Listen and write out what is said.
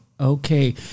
Okay